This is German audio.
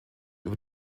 über